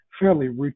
fairly